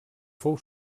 fou